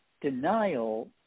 Denial